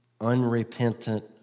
unrepentant